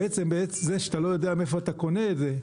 בעצם זה שאתה לא יודע מאיפה אתה קונה את זה,